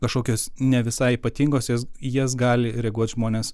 kažkokios ne visai ypatingos jos į jas gali reaguot žmonės